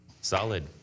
solid